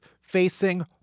facing